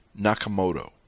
Nakamoto